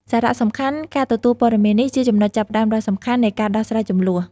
សារៈសំខាន់: ការទទួលព័ត៌មាននេះជាចំណុចចាប់ផ្តើមដ៏សំខាន់នៃការដោះស្រាយជម្លោះ។